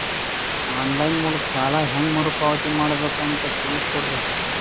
On line ಮೂಲಕ ಸಾಲ ಹೇಂಗ ಮರುಪಾವತಿ ಮಾಡಬೇಕು ಅಂತ ತಿಳಿಸ ಕೊಡರಿ?